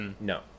No